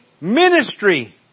ministry